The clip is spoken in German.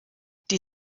die